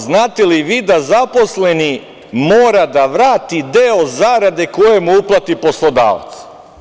Znate li vi da zaposleni mora da vrati deo zarade koje mu uplati poslodavac?